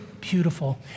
beautiful